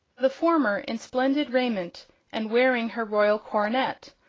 the former in splendid raiment and wearing her royal coronet,